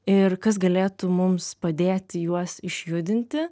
ir kas galėtų mums padėti juos išjudinti